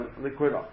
liquid